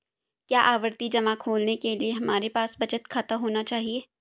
क्या आवर्ती जमा खोलने के लिए हमारे पास बचत खाता होना चाहिए?